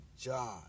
John